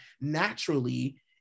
naturally